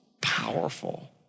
powerful